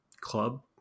club